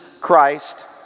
Christ